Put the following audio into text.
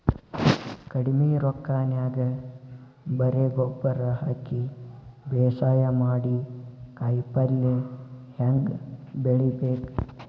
ಕಡಿಮಿ ರೊಕ್ಕನ್ಯಾಗ ಬರೇ ಗೊಬ್ಬರ ಹಾಕಿ ಬೇಸಾಯ ಮಾಡಿ, ಕಾಯಿಪಲ್ಯ ಹ್ಯಾಂಗ್ ಬೆಳಿಬೇಕ್?